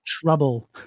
Trouble